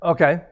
Okay